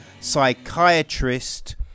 psychiatrist